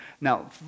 now